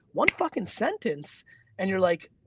one fuckin' sentence and you're like,